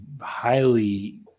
highly